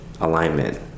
alignment